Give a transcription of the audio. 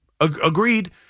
agreed